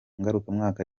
ngarukamwaka